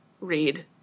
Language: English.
read